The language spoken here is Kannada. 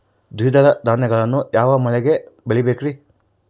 ದ್ವಿದಳ ಧಾನ್ಯಗಳನ್ನು ಯಾವ ಮಳೆಗೆ ಬೆಳಿಬೇಕ್ರಿ?